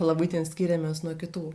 labai ten skiriamės nuo kitų